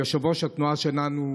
יושב-ראש התנועה שלנו,